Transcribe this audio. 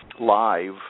live